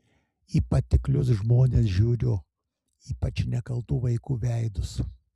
į patiklius žmones žiūriu ypač į nekaltų vaikų veidus